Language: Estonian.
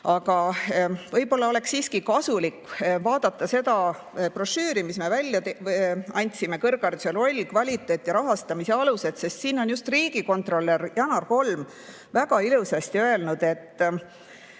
aga võib-olla oleks siiski kasulik vaadata seda brošüüri, mis me välja andsime, "Kõrghariduse roll, kvaliteet ja rahastamise alused", sest siin on just riigikontrolör Janar Holm väga ilusasti öelnud, mis